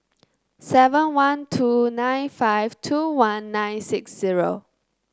seven one two nine five two one nine six zero